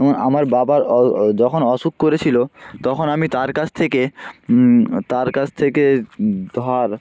এবং আমার বাবার অ অ যখন অসুখ করেছিলো তখন আমি তার কাছ থেকে তার কাছ থেকে ধার